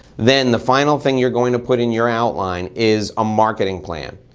then the final thing you're going to put in your outline is a marketing plan.